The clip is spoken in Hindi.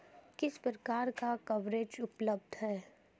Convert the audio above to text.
किस प्रकार का कवरेज उपलब्ध है?